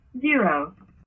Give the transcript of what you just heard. zero